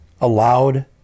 allowed